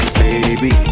baby